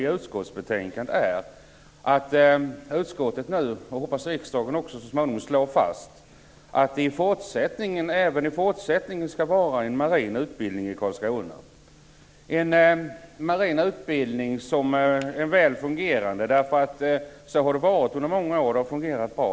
I utskottsbetänkandet slår socialdemokrater och centerpartister nu, och förhoppningsvis riksdagen så småningom, fast att det även i fortsättningen skall finnas en marin utbildning i Karlskrona, en väl fungerande marin utbildning. Så har det varit i många år.